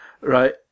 right